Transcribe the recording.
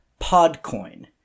PodCoin